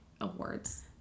awards